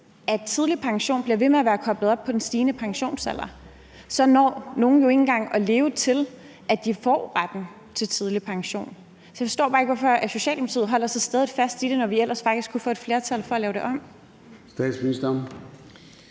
tidlig pension bliver ved med at være koblet op på den stigende pensionsalder, når nogen jo ikke engang at leve, til de får retten til tidlig pension. Så jeg forstår bare ikke, hvorfor Socialdemokratiet holder så stædigt fast i det, når vi ellers faktisk kunne få et flertal for at lave det om. Kl.